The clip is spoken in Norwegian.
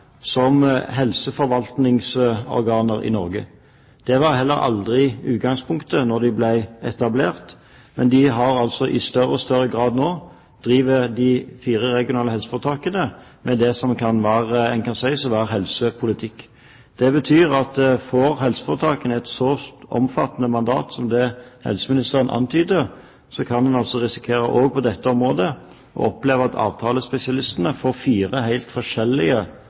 som helseforvaltningsorganer i Norge. Det var aldri utgangspunktet da de ble etablert. Men i større og større grad driver nå de fire regionale helseforetakene med det som kan sies å være helsepolitikk. Det betyr at om helseforetakene får et så omfattende mandat som det helseministeren antyder, kan en risikere også på dette området at avtalespesialistene får fire helt forskjellige